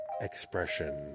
expression